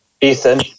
Ethan